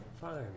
Fine